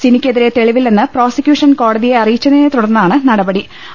സിനിക്കെതിരെ തെളിവില്ലെന്ന് പ്രോസിക്യൂഷൻ കോടതിയെ അറിയിച്ചതിനെത്തു ടർന്നാണ് നടപട്ടി